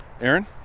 Aaron